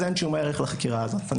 אז אין שום ערך לחקירה הזאת.